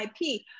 IP